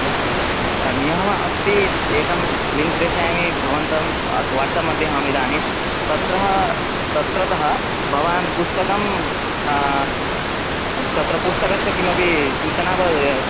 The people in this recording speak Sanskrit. आ नियमः अस्ति एकं लिङ्क् प्रेषयामि भवन्तं स् वाट्सप् मध्ये अहमिदानीं तत्रः तत्रतः भवान् पुस्तकं तत् तत्र पुस्तकस्य किमपि सूचना वा